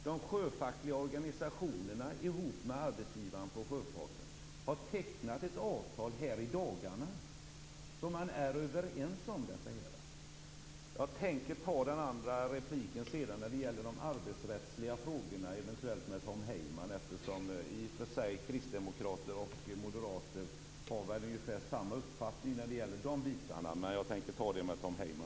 De sjöfackliga organisationerna har i dagarna tillsammans med arbetsgivarna inom sjöfart tecknat ett avtal. Jag tänker ta repliken om de arbetsrättsliga frågorna senare, eventuellt med Tom Heyman, eftersom kristdemokrater och moderater har ungefär samma uppfattning i de frågorna.